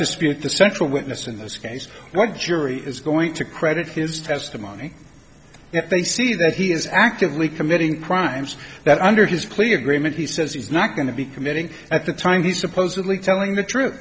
dispute the central witness in this case what the jury is going to credit his testimony they see that he is actively committing crimes that under his plea agreement he says he's not going to be committing at the time he supposedly telling the truth